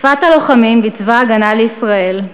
שפת הלוחמים בצבא ההגנה לישראל,